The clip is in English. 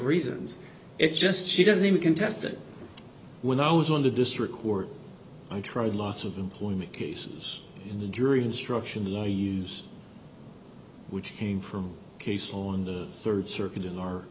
reasons it's just she doesn't even contest that when i was on the district court i tried lots of employment cases in the jury instruction in law use which came from a case on the third circuit in our